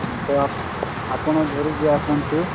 ହଁ ତ ଆପଣ ଧରିକି ଆସନ୍ତୁ